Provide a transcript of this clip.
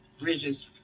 Bridges